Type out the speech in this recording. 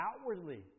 outwardly